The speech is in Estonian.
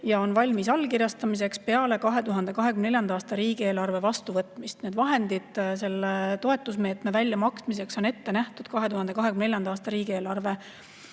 ja on valmis allkirjastamiseks peale 2024. aasta riigieelarve vastuvõtmist. Vahendid selle toetusmeetme väljamaksmiseks on ette nähtud 2024. aasta riigieelarves,